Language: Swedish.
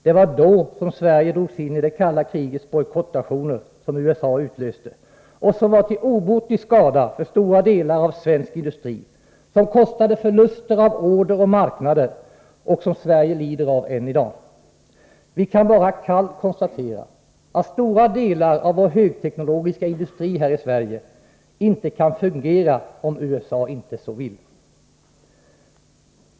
Det var då som Sverige drogs in i det kalla krigets bojkottaktioner, som USA utlöste och som var till obotlig skada för stora delar av svensk industri, som kostade förluster av order och marknader och som Sverige lider av än i dag. Vi kan bara kallt konstatera att stora delar av vår högteknologiska industri här i Sverige inte kan fungera om USA inte så vill.